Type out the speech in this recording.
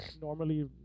normally